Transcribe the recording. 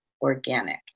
organic